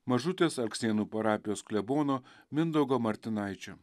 mažutės alksnėnų parapijos klebono mindaugo martinaičio